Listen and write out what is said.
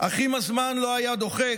אך אם הזמן לא היה דוחק,